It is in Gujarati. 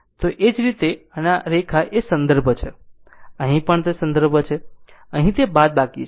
તો તે જ રીતે અને આ રેખા એ સંદર્ભ છે અહીં પણ તે સંદર્ભ છે અહીં તે બાદબાકી છે